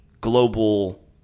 global